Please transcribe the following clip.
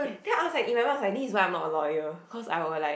then I was like in my mind I was like this is why I am not a lawyer cause I will like